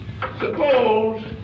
suppose